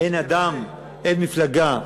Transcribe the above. אין אדם, אין מפלגה,